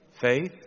faith